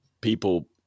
people